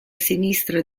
sinistra